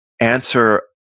answer